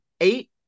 eight